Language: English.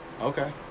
okay